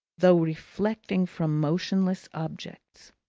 though reflecting from motionless objects.